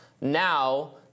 now